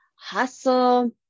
hustle